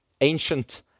ancient